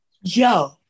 yo